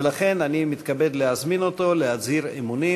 ולכן אני מתכבד להזמין אותו להצהיר אמונים.